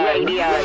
Radio